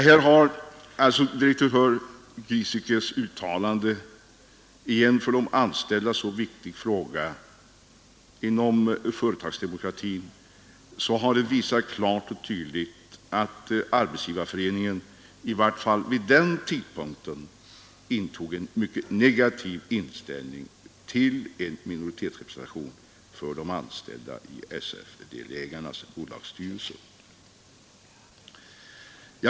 Direktör Gieseckes uttalande i en för de anställda så viktig fråga inom företagsdemokratin har klart visat att Arbetsgivareföreningen i varje fall i början av 1972 intog en mycket negativ inställning till en minoritetsrepresentation för de anställda i SAF-delägarnas bolagsstyrelser.